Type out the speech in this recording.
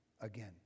again